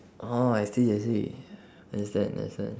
oh I see I see understand understand